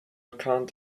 can’t